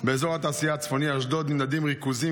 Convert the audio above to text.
באזור התעשייה הצפוני אשדוד נמדדים ריכוזים